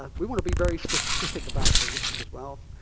um we want to be very specific about the risk as well.